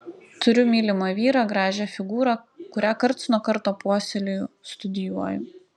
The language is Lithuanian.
turiu mylimą vyrą gražią figūrą kurią karts nuo karto puoselėju studijuoju